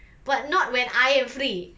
but not when I am free